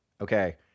Okay